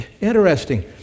interesting